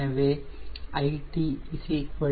எனவே lt 0